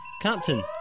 Captain